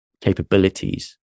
capabilities